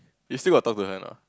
you still got talk to her or not